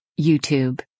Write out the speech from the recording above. YouTube